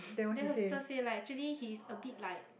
then her sister say like actually he's a bit like